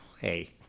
Hey